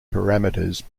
parameters